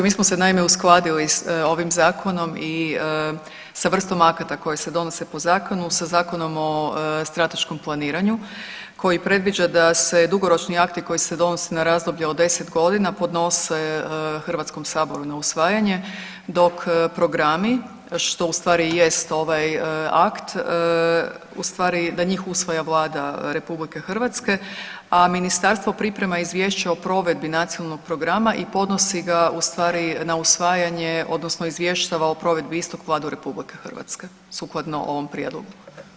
Mi smo se naime uskladili sa ovim zakonom i sa vrstom akata koji se donose po zakonu sa Zakonom o strateškom planiranju koji predviđa da se dugoročni akti koji se donose na razdoblje od 10 godina podnose Hrvatskom saboru na usvajanje, dok programi što u stvari i jest ovaj akt u stvari da njih usvaja Vlada RH a ministarstvo priprema izvješće o provedbi nacionalnog programa i podnosi ga u stvari na usvajanje, odnosno izvještava o provedbi istog Vladu Republike Hrvatske sukladno ovom prijedlogu.